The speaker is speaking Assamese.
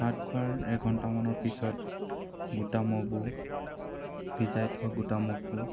ভাত খোৱাৰ এঘণ্টামানৰ পিছত গোটা মগু ভিজাই থোৱা গোটা মগু